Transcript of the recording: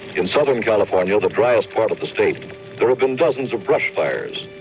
in southern california, the driest part of the state, there have been dozens of brush fires.